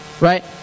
Right